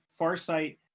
Farsight